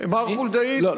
מר חולדאי, לא